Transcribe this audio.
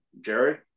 Jared